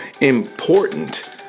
important